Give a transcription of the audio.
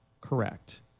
correct